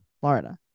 Florida